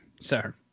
sir